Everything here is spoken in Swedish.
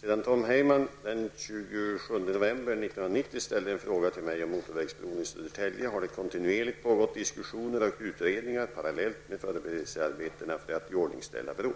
Sedan Tom Heyman den 27 november 1990 ställde en fråga till mig om motorvägsbron i Södertälje har det kontinuerligt pågått diskussioner och utredningar parallellt med förberedelsearbetena med att iordningställa bron.